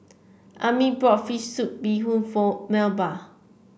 Ami bought fish soup Bee Hoon for Melba